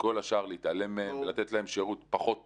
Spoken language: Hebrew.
ומכל השאר להתעלם ולתת להם שירות פחות טוב.